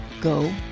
Go